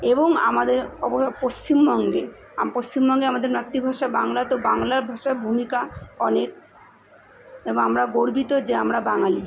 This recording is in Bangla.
এবং আমাদের পশ্চিমবঙ্গে আম পশ্চিমবঙ্গে আমাদের মাতৃভাষা বাংলা তো বাংলা ভাষার ভূমিকা অনেক এবং আমরা গর্বিত যে আমরা বাঙালি